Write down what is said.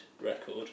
record